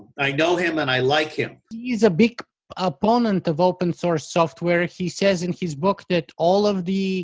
i know him and i like him. he's a big opponent of open source software, he says in his book that all of the